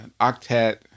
octet